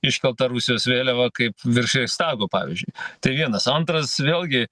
iškelta rusijos vėliava kaip virš reichstago pavyzdžiui tai vienas antras vėlgi